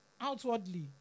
outwardly